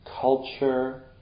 culture